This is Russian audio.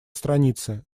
страницы